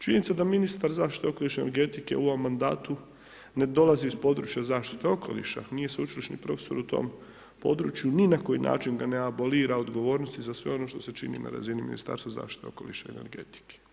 Činjenica je da ministar zaštite okoliša i energetike u ovom mandatu ne dolazi iz područja zaštite okoliša, nije sveučilišni profesor u tom području, ni na koji način ne abolira odgovornosti za sve ono što se čini na razini Ministarstva zaštite okoliša i energetike.